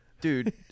dude